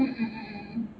mmhmm mm mm